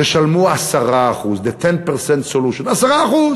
תשלמו 10%, the 10% solution, 10%,